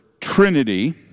Trinity